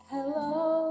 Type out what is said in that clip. Hello